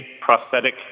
prosthetic